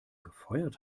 gefeuert